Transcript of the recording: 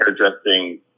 hairdressing